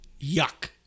yuck